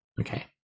Okay